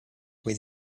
with